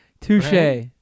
touche